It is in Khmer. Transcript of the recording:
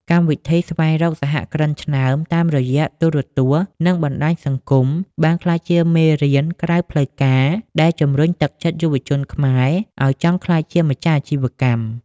កម្មវិធី "ស្វែងរកសហគ្រិនឆ្នើម" តាមរយៈទូរទស្សន៍ និងបណ្ដាញសង្គម បានក្លាយជាមេរៀនក្រៅផ្លូវការដែលជម្រុញទឹកចិត្តយុវជនខ្មែរឱ្យចង់ក្លាយជាម្ចាស់អាជីវកម្ម។